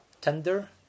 tender